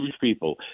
people